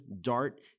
Dart